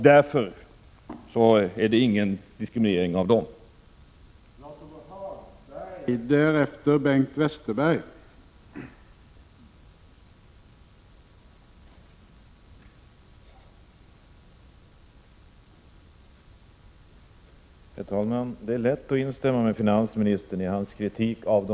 Därför är det ingen diskriminering av företag i glesbygd.